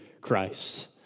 Christ